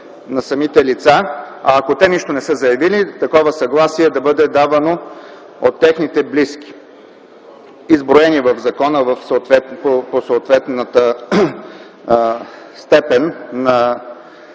на самите лица, а ако те нищо не са заявили, такова съгласие да бъде давано от техните близки, изброени в закона по съответната степен на